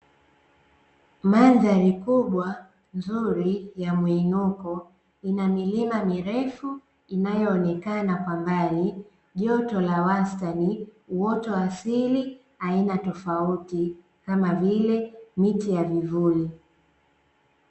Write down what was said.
Mandhari kubwa, nzuri ya mwinuko, ina milima mirefu inayoonekana kwa mbali, joto la wastani, uoto wa asili aina tofauti kama vile miti ya vivuli.